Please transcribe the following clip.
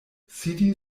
sidi